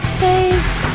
face